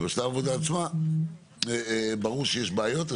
ובשלב העבודה עצמה ברור שיש בעיות.